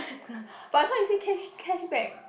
but I thought you say cash cashback